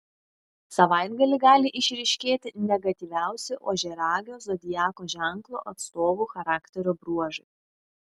savaitgalį gali išryškėti negatyviausi ožiaragio zodiako ženklo atstovų charakterio bruožai